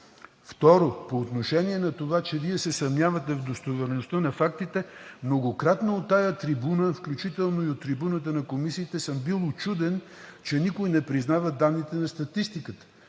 Второ, по отношение на това, че Вие се съмнявате в достоверността на фактите, многократно от тази трибуна, включително и от трибуната на комисиите съм бил учуден, че никой не признава данните на статистиката.